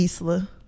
isla